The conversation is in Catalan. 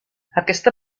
aquesta